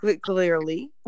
clearly